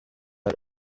are